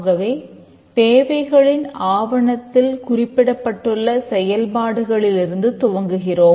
ஆகவே தேவைகளில் ஆவணத்தில் குறிப்பிடப்பட்டுள்ள செயல்பாடுகளிலிருந்து துவங்குகிறோம்